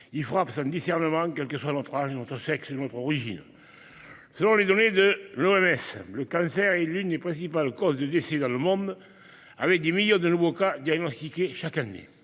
Il frappe sans discernement, quels que soient notre âge, notre sexe ou notre origine. Selon les données de l'OMS, le cancer est l'une des principales causes de décès dans le monde, avec des millions de nouveaux cas diagnostiqués chaque année.